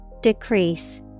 Decrease